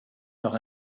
noch